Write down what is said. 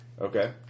okay